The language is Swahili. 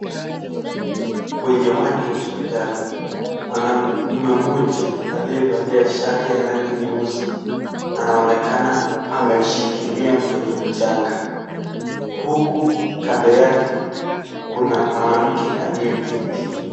Kwenye wadi hospitali mwanaume mmoja aliyevalia shati ya rangi nyeusi anaonekana ameshikilia mtoto mchanga huku kando yake kuna mwanamke aliyeketi.